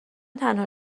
تنها